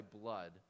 blood